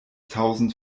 tausend